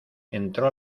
entró